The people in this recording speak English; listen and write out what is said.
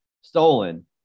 stolen